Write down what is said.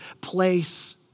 place